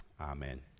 amen